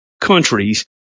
Countries